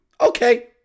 Okay